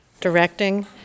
directing